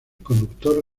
conductor